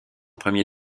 premier